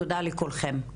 תודה לכולכם.